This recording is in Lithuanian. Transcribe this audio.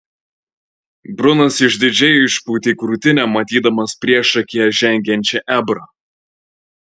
brunas išdidžiai išpūtė krūtinę matydamas priešakyje žengiančią ebrą